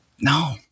No